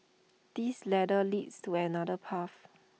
this ladder leads to another path